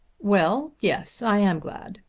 well yes i am glad.